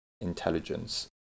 Intelligence